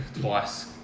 Twice